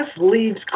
leaves